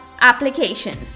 Application